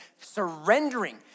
Surrendering